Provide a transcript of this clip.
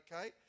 okay